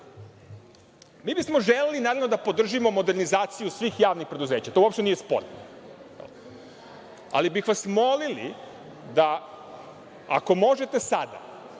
bismo želeli, naravno, da podržimo modernizaciju svih javnih preduzeća, to uopšte nije sporno, ali bi vas molili da ako možete sada,